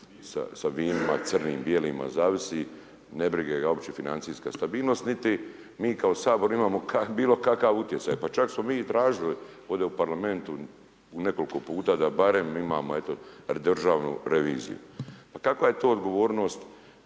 s vinima, crnim bijelima, zavisi, ne briga ga uopće financijska stabilnost, niti mi kao Sabor imamo bilo kakav utjecaj. Pa čak smo mi i tražili ovdje u Parlamentu, nekoliko puta, da barem imamo eto Državnu reviziju. Pa kakva je to odgovornost